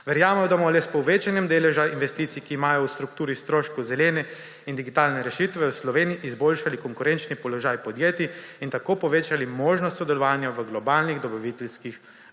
Verjamemo, da bomo le s povečanjem deleža investicij, ki imajo v strukturi stroškov zelene in digitalne rešitve, v Sloveniji izboljšali konkurenčni položaj podjetij in tako povečali možnost sodelovanja v globalnih dobaviteljskih